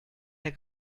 der